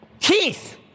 Keith